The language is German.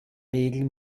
regel